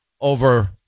over